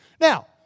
Now